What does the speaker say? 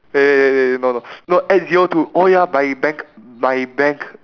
wait wait wait wait no no no add zero to oh ya by bank my bank